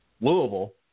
Louisville –